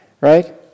Right